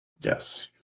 Yes